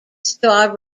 star